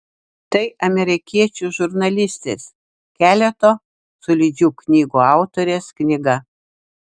tai amerikiečių žurnalistės keleto solidžių knygų autorės knyga